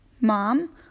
Mom